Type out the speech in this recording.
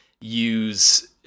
use